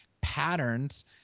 patterns